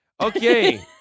Okay